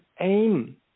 aim